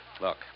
Look